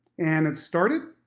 and it started,